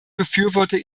befürworte